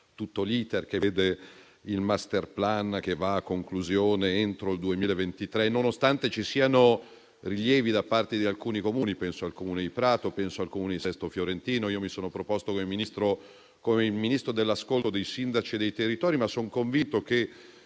tutto l'*iter,* che vede il *masterplan* che va a conclusione entro il 2023, nonostante ci siano rilievi da parte di alcuni Comuni. Penso al Comune di Prato e penso al Comune di Sesto Fiorentino. Io mi sono proposto come il Ministro dell'ascolto dei sindaci e dei territori, ma son convinto che